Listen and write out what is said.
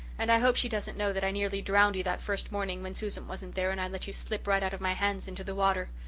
and i hope she doesn't know that i nearly drowned you that first morning when susan wasn't there and i let you slip right out of my hands into the water.